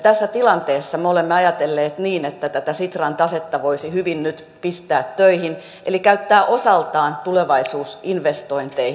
tässä tilanteessa me olemme ajatelleet niin että tätä sitran tasetta voisi hyvin nyt pistää töihin eli käyttää osaltaan tulevaisuusinvestointeihin